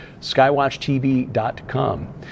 skywatchtv.com